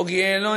בוגי יעלון,